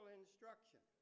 instruction